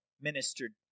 ministered